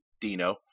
Dino